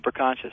superconscious